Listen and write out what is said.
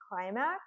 Climax